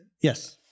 Yes